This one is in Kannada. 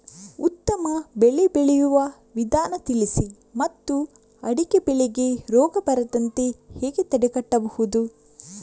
ಉತ್ತಮ ಬೆಳೆ ಬೆಳೆಯುವ ವಿಧಾನ ತಿಳಿಸಿ ಮತ್ತು ಅಡಿಕೆ ಬೆಳೆಗೆ ರೋಗ ಬರದಂತೆ ಹೇಗೆ ತಡೆಗಟ್ಟಬಹುದು?